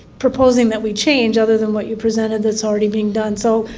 proposing that we change other than what you presented that's already being done. so,